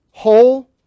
whole